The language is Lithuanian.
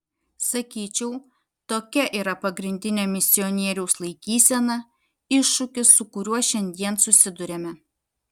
sakyčiau tokia yra pagrindinė misionieriaus laikysena iššūkis su kuriuo šiandien susiduriame